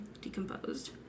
decomposed